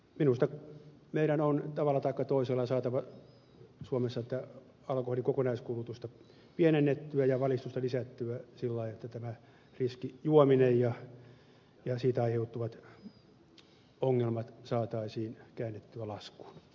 minusta meidän on tavalla taikka toisella saatava suomessa alkoholin kokonaiskulutusta pienennettyä ja valistusta lisättyä sillä tavalla että riskijuominen ja siitä aiheutuvat ongelmat saataisiin käännettyä laskuun